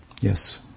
Yes